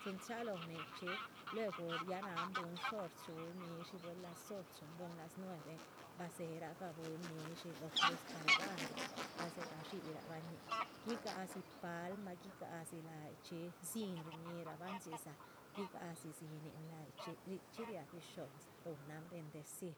Chin chalóh nichxi luegu ya náhan bwín shor chuhu midshí buel las ochon buel las nueven, baa dzéhera gah bwín midshí, cruz calvarih bah dzéhega dxirabañih, guigádzi palma guigádzi láhayichxi dzín shñíhirabahn dhxizáa guigadzí dzínin lahyichxi, richxí riáha bisho´dza, ruhunan bendecir